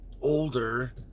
older